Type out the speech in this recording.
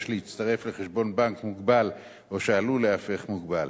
להצטרף לחשבון בנק מוגבל או שעלול ליהפך מוגבל.